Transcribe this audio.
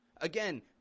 Again